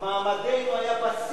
מעמדנו היה בשיא.